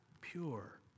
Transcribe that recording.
pure